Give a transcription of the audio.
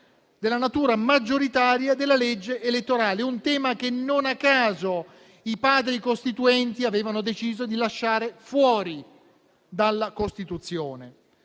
della natura maggioritaria della legge elettorale, un tema che, non a caso, i Padri costituenti avevano deciso di lasciare fuori dalla Costituzione.